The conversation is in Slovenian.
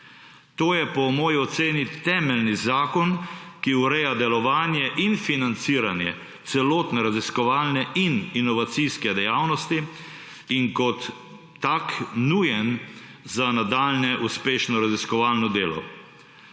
To je, po moji oceni, temeljni zakon, ki ureja delovanje in financiranje celotne raziskovalne in inovacijske dejavnosti in kot tak nujen za nadaljnje uspešno raziskovalno delo.